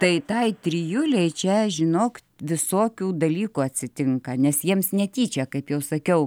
tai tai trijulei čia žinok visokių dalykų atsitinka nes jiems netyčia kaip jau sakiau